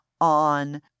on